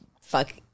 fuck